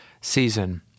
season